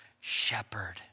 shepherd